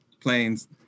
planes